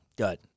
Good